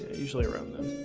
usually around them.